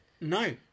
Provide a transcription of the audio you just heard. No